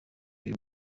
gihe